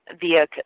via